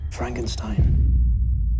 Frankenstein